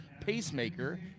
pacemaker